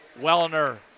Wellner